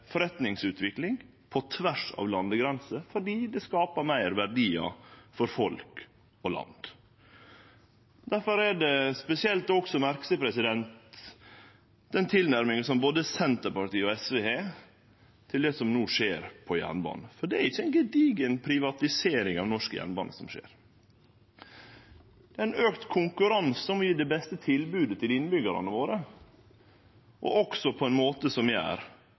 forretningsutvikling på tvers av landegrenser fordi det skaper meir verdiar for folk og land. Difor er det spesielt også å merke seg den tilnærminga som både Senterpartiet og SV har til det som no skjer på jernbanen, for det er ikkje ei gedigen privatisering av norsk jernbane som skjer. Det er ein auka konkurranse om å gje det beste tilbodet til innbyggjarane våre, og på ein måte som gjer